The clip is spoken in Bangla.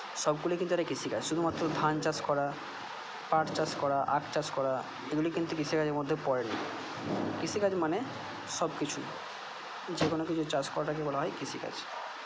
সবগুলোই কিন্তু একটা কৃষিকাজ শুধুমাত্র ধান চাষ করা পাট চাষ করা আখ চাষ করা এগুলিই কিন্তু কৃষিকাজের মধ্যে পড়ে না কিষিকাজ মানে সব কিছু যে কোনো কিছু চাষ করাটাকেই বলা হয় কৃষিকাজ